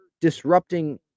Disrupting